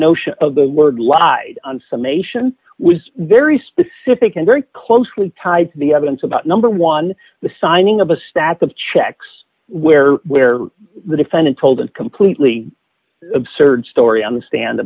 notion of the word lied and summation was very specific and very closely tied to the evidence about number one the signing of a stack of checks where where the defendant told completely absurd story on the stand